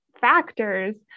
factors